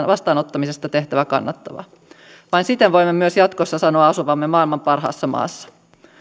vastaanottamisesta tehtävä kannattavaa vain siten voimme myös jatkossa sanoa asuvamme maailman parhaassa maassa